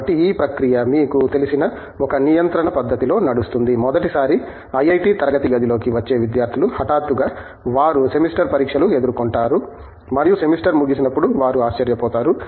కాబట్టి ఈ ప్రక్రియ మీకు తెలిసిన ఒక నియంత్రణ పద్ధతిలో నడుస్తుంది మొదటిసారి ఐఐటి తరగతి గదిలోకి వచ్చే విద్యార్థులు హఠాత్తుగా వారు సెమిస్టర్ పరీక్షలు ఎదుర్కుంటారు మరియు సెమిస్టర్ ముగిసినప్పుడు వారు ఆశ్చర్యపోతారు